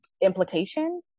implication